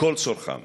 כל צורכם.